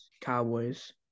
Cowboys